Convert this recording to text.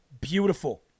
beautiful